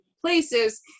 places